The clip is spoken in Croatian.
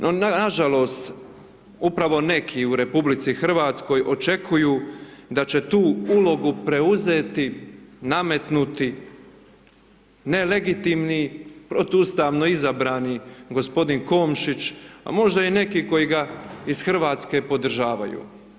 No, nažalost, upravo neki u Republici Hrvatskoj očekuju da će tu ulogu preuzeti nametnuti, nelegitimni, protuustavno izabrani gospodin Komšić, a možda i neki koji ga iz Hrvatske podržavaju.